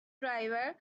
driver